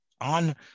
on